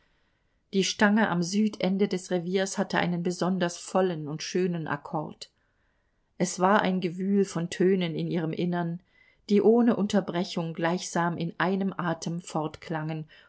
die stange am südende des reviers hatte einen besonders vollen und schönen akkord es war ein gewühl von tönen in ihrem innern die ohne unterbrechung gleichsam in einem atem